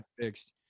fixed